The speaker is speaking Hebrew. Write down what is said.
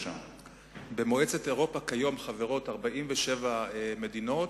במועצת אירופה חברות כיום 47 מדינות,